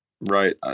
Right